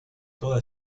toda